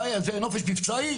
זה נופש מבצעי,